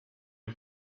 you